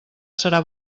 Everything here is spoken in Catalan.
serà